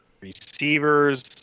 receivers